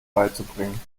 beizubringen